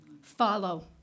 Follow